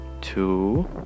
two